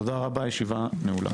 תודה רבה, הישיבה נעולה.